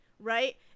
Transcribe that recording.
right